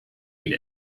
ate